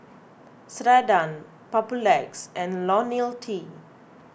Ceradan Papulex and Ionil T